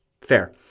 Fair